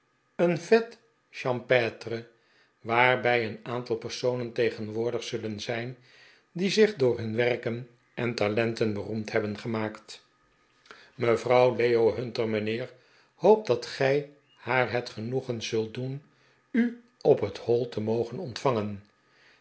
een fete champetre waarbij een aantal personen tegenwoordig zullen zijn die zich door hun werken en talenten beroemd hebben gemaakt mevrouw de uitnoodiging van mevrouw hunter leo hunter mijnheer hoopt dat gij haar het genoegen zult doen u op het hoi te mogen ontvangen